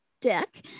deck